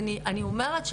אני אומרת,